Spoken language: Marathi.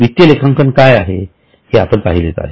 वित्तीय लेखांकन काय आहे हे आपण पहिलेच आहे